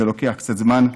זה לוקח קצת זמן,